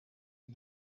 and